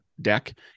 deck